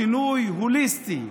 שינוי הוליסטי,